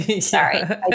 Sorry